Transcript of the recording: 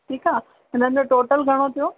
ठीकु आहे इनमें टोटल घणो थियो